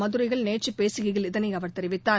மதுரையில் நேற்று பேசுகையில் இதனை அவர் தெரிவித்தார்